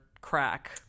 crack